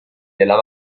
della